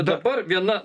dabar viena